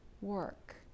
work